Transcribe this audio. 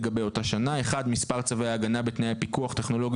לגבי אותה שנה: (1)מספר צווי הגנה בתנאי פיקוח טכנולוגי